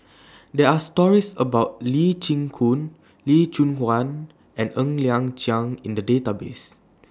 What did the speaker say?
There Are stories about Lee Chin Koon Lee Choon Guan and Ng Liang Chiang in The Database